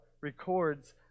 records